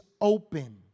open